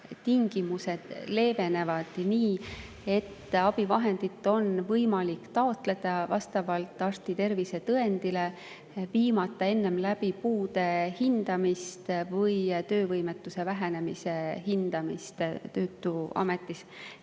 tingimused leevenevad nii, et abivahendit on võimalik taotleda vastavalt arsti [antud] tervisetõendile, viimata läbi enne puude hindamist või töövõime vähenemise hindamist [Töötukassas].